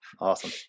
Awesome